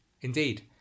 Indeed